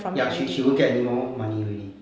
ya she she wont get anymore money already